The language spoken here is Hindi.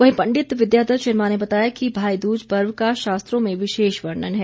वहीं पंडित विद्यादत्त शर्मा ने बताया कि भाईद्रज पर्व का शास्त्रों में विशेष वर्णन है